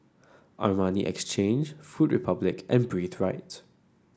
Armani Exchange Food Republic and Breathe Right